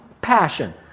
passion